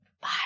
Bye